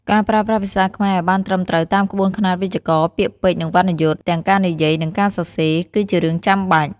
ការប្រើប្រាស់ភាសាខ្មែរឱ្យបានត្រឹមត្រូវតាមក្បួនខ្នាតវេយ្យាករណ៍ ពាក្យពេចន៍ និងវណ្ណយុត្តិ ទាំងការនិយាយ និងការសរសេរ គឺជារឿងចាំបាច់។